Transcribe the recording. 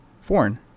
Foreign